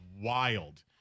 wild